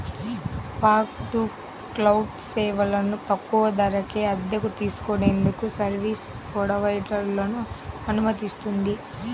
fog to cloud సేవలను తక్కువ ధరకే అద్దెకు తీసుకునేందుకు సర్వీస్ ప్రొవైడర్లను అనుమతిస్తుంది